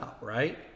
right